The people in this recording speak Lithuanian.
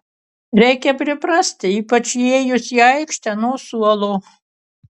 reikia priprasti ypač įėjus į aikštę nuo suolo